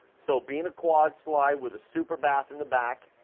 so being a quad slide with a superbath in the back,